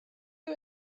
you